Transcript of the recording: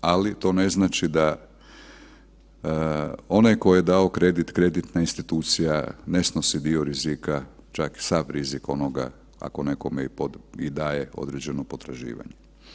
Ali to ne znači da onaj tko je dao kredit, kreditna institucija ne snosi dio rizika čak sav rizik onoga ako nekome i daje određeno potraživanje.